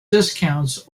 discounts